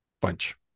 bunch